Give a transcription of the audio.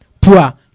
Pua